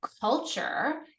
culture